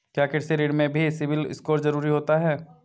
क्या कृषि ऋण में भी सिबिल स्कोर जरूरी होता है?